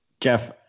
Jeff